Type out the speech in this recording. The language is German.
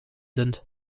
sind